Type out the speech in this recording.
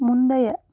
முந்தைய